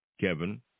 Kevin